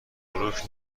بروک